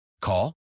Call